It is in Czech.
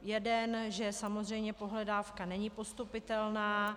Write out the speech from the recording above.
Jeden, že samozřejmě pohledávka není postupitelná.